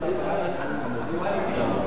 של משרד ראש הממשלה?